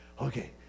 Okay